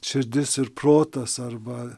širdis ir protas arba